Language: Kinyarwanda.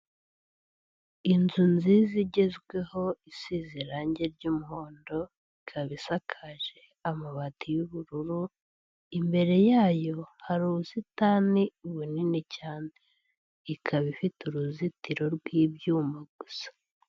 Inzu nziza igezweho isize irangi ry'umuhondo, ikabi isakaje amabati y'ubururu, imbere yayo hari ubusitani bunini cyane, ikaba ifite uruzitiro rw'ibyuma gusa.